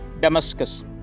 Damascus